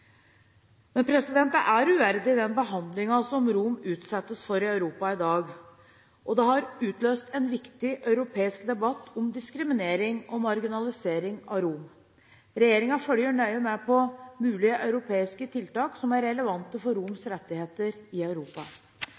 Den behandlingen som romene utsettes for i Europa i dag, er uverdig. Det har utløst en viktig europeisk debatt om diskriminering og marginalisering av romer. Regjeringen følger nøye med på mulige europeiske tiltak som er relevante for romers rettigheter i Europa.